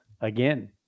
again